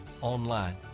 online